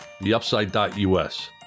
theUpside.us